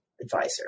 advisor